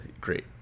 Great